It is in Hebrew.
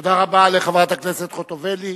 תודה רבה לחברת הכנסת חוטובלי.